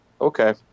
Okay